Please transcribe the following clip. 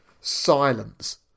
silence